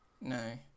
No